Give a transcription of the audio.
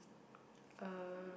uh